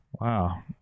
Wow